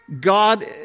God